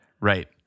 Right